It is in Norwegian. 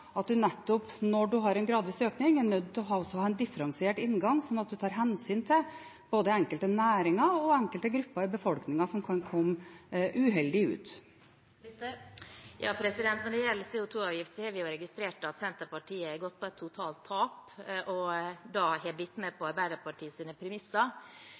at en når en har en gradvis økning, er nødt til å ha en differensiert inngang, slik at en tar hensyn til både enkelte næringer og enkelte grupper i befolkningen som kan komme uheldig ut. Når det gjelder CO 2 -avgiften, har vi jo registrert at Senterpartiet har gått på et totalt tap og blitt med på Arbeiderpartiets premisser.